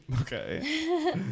Okay